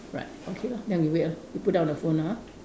right okay lah then we wait ah we put down the phone ah